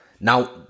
Now